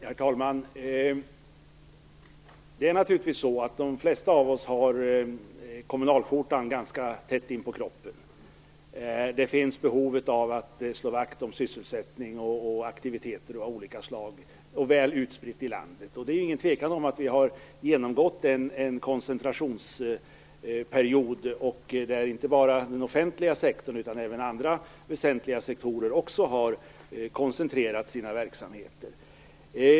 Herr talman! Det är naturligtvis så att de flesta av oss har kommunalskjortan ganska tätt inpå kroppen. Det finns ett behov av att slå vakt om sysselsättning och aktiviteter av olika slag och se till att detta finns väl utspritt i landet. Det är ingen tvekan om att vi har genomgått en koncentrationsperiod, där inte bara den offentliga sektorn utan även andra väsentliga sektorer har koncentrerat sina verksamheter.